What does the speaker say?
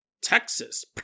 Texas